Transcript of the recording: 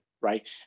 right